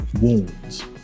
wounds